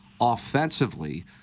Offensively